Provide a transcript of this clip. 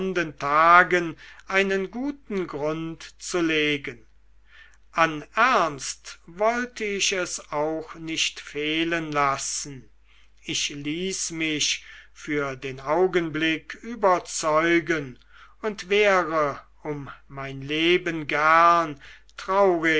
tagen einen guten grund zu legen an ernst wollte ich es auch nicht fehlen lassen ich ließ mich für den augenblick überzeugen und wäre um mein leben gern traurig